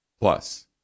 Plus